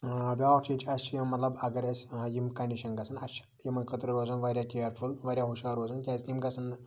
بیاکھ چیٖز چھُ اَسہِ چھِ یِم اگر اَسہِ یِم کَنڈشَن گَژھَن یِمَن خٲطرٕ روزُن واریاہ کیرفُل واریاہ ہُشار روزُن کیازِ کہِ یِم گَژھَن نہٕ